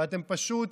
ואתם פשוט